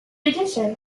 addition